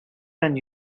than